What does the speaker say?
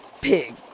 pig